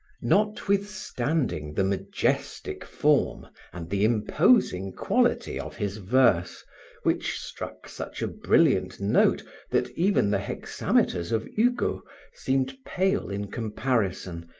notwithstanding the majestic form and the imposing quality of his verse which struck such a brilliant note that even the hexameters of hugo seemed pale in comparison,